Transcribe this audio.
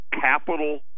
Capital